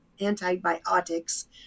antibiotics